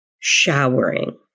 Showering